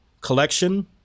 collection